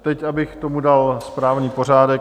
Teď abych tomu dal správný pořádek.